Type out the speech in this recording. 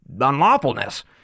unlawfulness